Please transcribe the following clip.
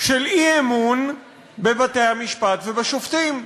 של אי-אמון בבתי-המשפט ובשופטים.